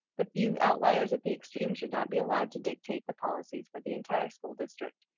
the few outliers at the extreme should not be allowed to dictate the policies for the entire school district.